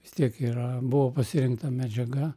vis tiek yra buvo pasirinkta medžiaga